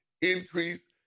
increase